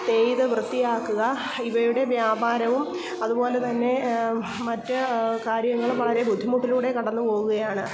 ചെയ്ത് വൃത്തിയാക്കുക ഇവയുടെ വ്യാപാരവും അതുപോലെത്തന്നെ മറ്റ് കാര്യങ്ങൾ വളരെ ബുദ്ധിമുട്ടിലൂടെ കടന്ന് പോവുകയാണ്